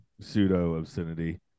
pseudo-obscenity